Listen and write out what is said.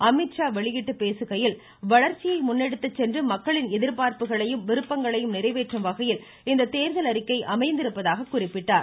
அமித்ஷா வெளியிட்டு பேசுகையில் வளர்ச்சியை முன்னெடுத்து சென்று மக்களின் எதிர்பார்ப்புகளையும் விருப்பங்களையும் நிறைவேற்றும் வகையில் இந்த தேர்தல் அறிக்கை அமைந்திருப்பதாக குறிப்பிட்டார்